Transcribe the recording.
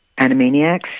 animaniacs